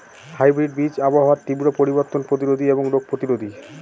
hybrid বীজ আবহাওয়ার তীব্র পরিবর্তন প্রতিরোধী এবং রোগ প্রতিরোধী